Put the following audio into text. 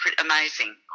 amazing